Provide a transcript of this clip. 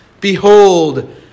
Behold